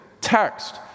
text